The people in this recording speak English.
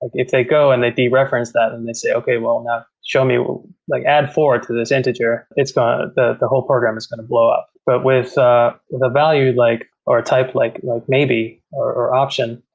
if they go and they de-reference that and they say, okay. well, now show me like add for to this integer. ah the the whole program is going to blow up. but with the value like or a type like like maybe or option,